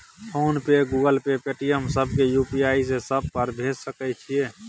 Phone pay, Google pay, Paytm, सब के UPI से सब पर भेज सके छीयै?